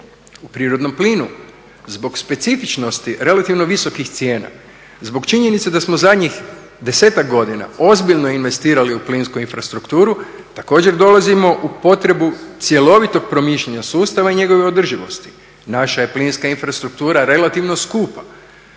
U prirodnom plinu zbog specifičnosti relativno visokih cijena, zbog činjenice da samo zadnjih 10-ak godina ozbiljno investirali u plinsku infrastrukturu također dolazimo u potrebu cjelovitog promišljanja sustava i njegove održivosti. Naša je plinska infrastruktura relativno skupa.